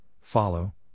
follow